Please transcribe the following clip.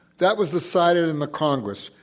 that was decided in the congress.